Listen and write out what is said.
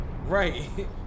right